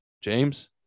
James